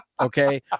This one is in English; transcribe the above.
Okay